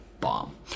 bomb